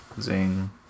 Zing